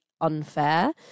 unfair